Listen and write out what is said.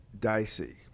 dicey